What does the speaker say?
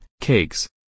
cakes